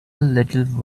little